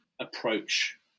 approach